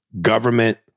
government